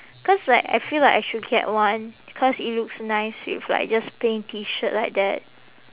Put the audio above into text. cause like I feel like I should get one cause it looks nice with like just plain T shirt like that